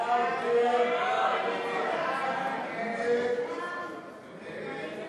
ההצעה להעביר את הצעת חוק הפחתת הגירעון והגבלת